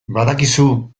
badakizu